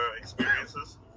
experiences